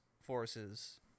forces